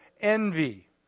envy